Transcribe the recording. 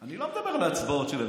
אני לא מדבר על ההצבעות שלהם.